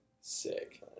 Sick